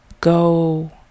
go